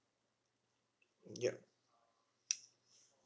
yup